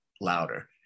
louder